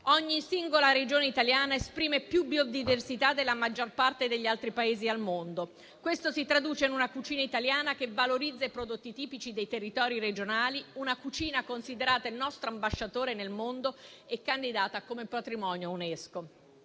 Ogni singola Regione italiana esprime più biodiversità della maggior parte degli altri Paesi al mondo. Questo si traduce in una cucina italiana che valorizza i prodotti tipici dei territori regionali, una cucina considerata il nostro ambasciatore nel mondo e candidata come patrimonio UNESCO.